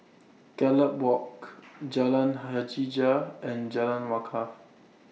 Gallop Walk Jalan Hajijah and Jalan Wakaff